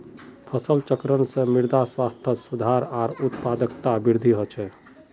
फसल चक्रण से मृदा स्वास्थ्यत सुधार आर उत्पादकतात वृद्धि ह छे